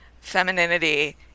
femininity